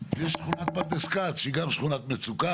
ושכונת פרדס כץ שהיא גם שכונת מצוקה,